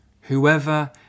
whoever